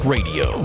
Radio